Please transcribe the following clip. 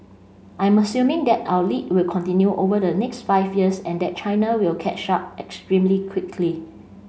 I'm assuming that our lead will continue over the next five years and that China will catch up extremely quickly